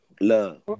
Love